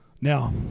Now